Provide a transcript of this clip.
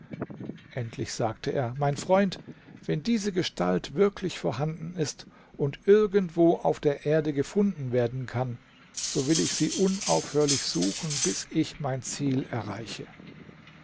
endlich sagte er mein freund wenn diese gestalt wirklich vorhanden ist und irgendwo auf der erde gefunden werden kann so will ich sie unaufhörlich suchen bis ich mein ziel erreiche